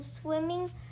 swimming